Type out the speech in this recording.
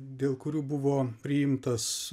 dėl kurių buvo priimtas